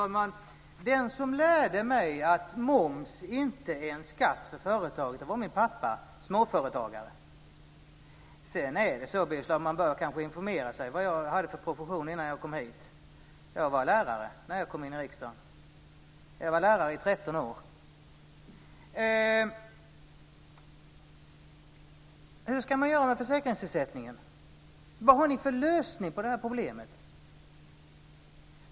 Fru talman! Den som lärde mig att moms inte är en skatt för företaget var min pappa, som var småföretagare. Birger Schlaug bör kanske informera sig om vilken profession jag hade innan jag kom hit. Jag var lärare när jag kom in i riksdagen. Jag var lärare i 13 Vad har ni för lösning på detta problem?